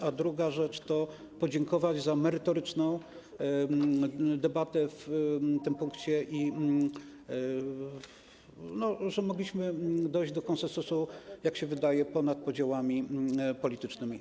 A po drugie, chciałem podziękować za merytoryczną debatę w tym punkcie i za to, że mogliśmy dojść do konsensusu, jak się wydaje, ponad podziałami politycznymi.